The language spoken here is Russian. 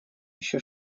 еще